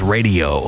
Radio